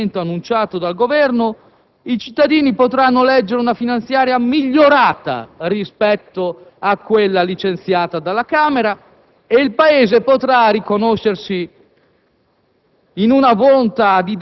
nel prossimo maxiemendamento annunciato dal Governo - i cittadini potranno leggere una finanziaria migliorata rispetto a quella licenziata dalla Camera e il Paese potrà riconoscersi